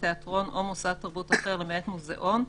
תיאטרון או מוסד תרבות אחר למעט מוזיאון,